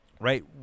right